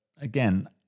again